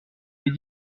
les